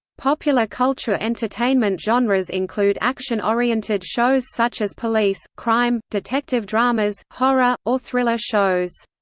popular culture entertainment genres include action-oriented shows such as police, crime, detective dramas, horror, or thriller shows.